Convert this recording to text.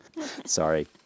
Sorry